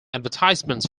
advertisements